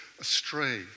astray